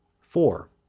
four.